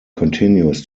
continues